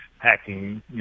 hacking